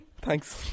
Thanks